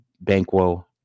banquo